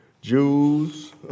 Jews